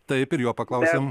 taip ir jo paklausim